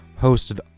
hosted